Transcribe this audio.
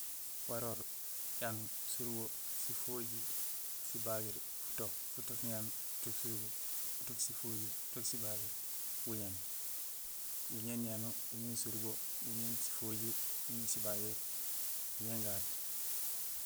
Waroor, yanuur, surubo, sifojiir, sibagiir, futook, futook niyanuur, futook surubo, futook sifojiir, futook sibagiir, guñéén, guñéén niyanuur, guñéén surubo, guñéén sifojiir, guñéén sibagiir, guñéén gaat.